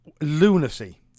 Lunacy